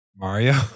Mario